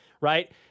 right